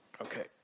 Okay